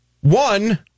One